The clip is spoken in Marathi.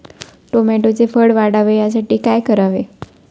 टोमॅटोचे फळ वाढावे यासाठी काय करावे?